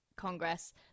congress